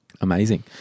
Amazing